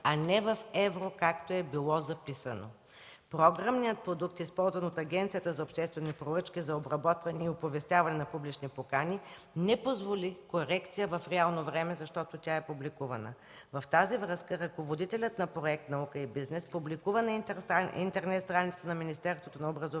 а не в евро, както е било записано. Програмният продукт, използван от Агенцията за обществени поръчки за обработване и оповестяване на публични покани, не позволи корекция в реално време, защото тя е публикувана. В тази връзка ръководителят на Проект „Наука и бизнес” публикува на интернет страницата на Министерството на образованието